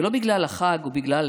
ולא בגלל החג או בגלל